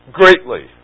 greatly